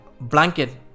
blanket